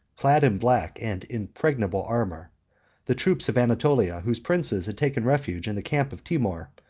clad in black and impenetrable armor the troops of anatolia, whose princes had taken refuge in the camp of timour,